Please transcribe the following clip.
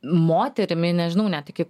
moterimi nežinau net iki